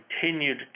continued